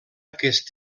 aquest